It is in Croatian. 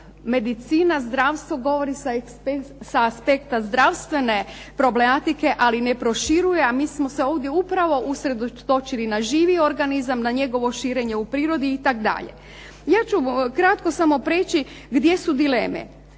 medicina, zdravstvo govori sa aspekta zdravstvene problematike, ali ne proširuje, a mi smo se ovdje upravo usredotočili na živi organizam, na njegovo širenje u prirodi itd. Ja ću kratko samo prijeći gdje su dileme.